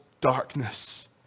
darkness